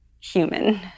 human